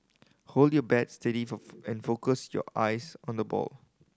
hold your bat steady and focus your eyes on the ball